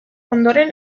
ondoren